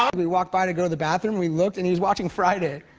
um we walked by to go to the bathroom, we looked, and he's watching friday.